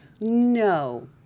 No